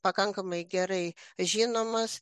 pakankamai gerai žinomos